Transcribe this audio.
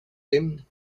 him